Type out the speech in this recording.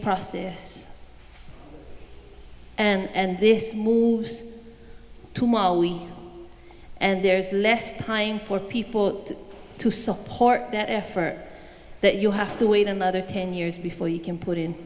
process and this moves to mali and there's less time for people to support that effort that you have to wait another ten years before you can put in